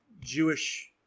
Jewish